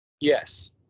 Yes